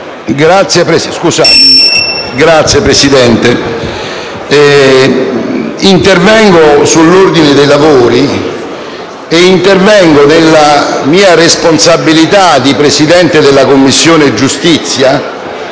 Signor Presidente, intervengo sull'ordine dei lavori e nella mia responsabilità di Presidente della Commissione giustizia,